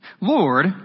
Lord